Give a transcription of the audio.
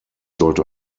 sollte